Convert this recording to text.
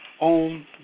on